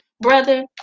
brother